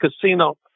casino